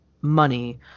money